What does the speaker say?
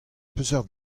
peseurt